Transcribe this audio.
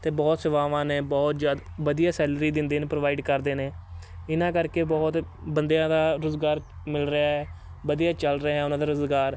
ਅਤੇ ਬਹੁਤ ਸੇਵਾਵਾਂ ਨੇ ਬਹੁਤ ਜ਼ਿਆਦਾ ਵਧੀਆ ਸੈਲਰੀ ਦਿੰਦੇ ਨੇ ਪ੍ਰੋਵਾਈਡ ਕਰਦੇ ਨੇ ਇਹਨਾਂ ਕਰਕੇ ਬਹੁਤ ਬੰਦਿਆਂ ਦਾ ਰੁਜ਼ਗਾਰ ਮਿਲ ਰਿਹਾ ਹੈ ਵਧੀਆ ਚੱਲ ਰਿਹਾ ਉਹਨਾਂ ਦਾ ਰੁਜ਼ਗਾਰ